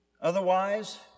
otherwise